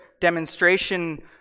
demonstration